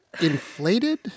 inflated